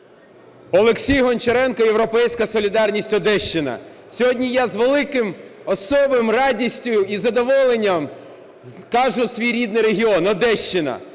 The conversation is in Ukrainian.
Олексій Гончаренко, "Європейська солідарність", Одещина. Сьогодні я з великою особливою радістю і задоволенням кажу свій рідний регіон – Одещина,